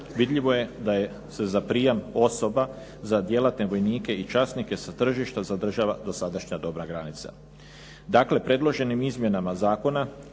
Vidljivo je da se za prijam osoba za djelatne vojnike i časnike sa tržišta zadržava dosadašnja dobna granica. Dakle, predloženim izmjenama zakona